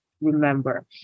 remember